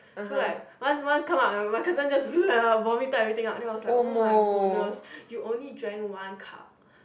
so like once once come out my cousin just do the vomit type everything out like oh-my-goodness you drank one cup